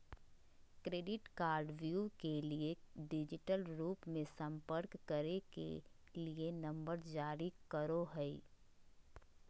credit कार्डव्यू के लिए डिजिटल रूप से संपर्क करे के लिए नंबर जारी करो हइ